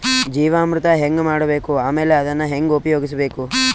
ಜೀವಾಮೃತ ಹೆಂಗ ಮಾಡಬೇಕು ಆಮೇಲೆ ಅದನ್ನ ಹೆಂಗ ಉಪಯೋಗಿಸಬೇಕು?